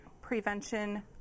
Prevention